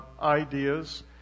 ideas